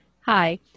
Hi